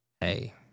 hey